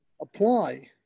apply